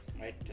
Right